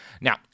Now